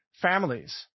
families